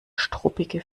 struppige